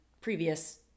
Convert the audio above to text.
previous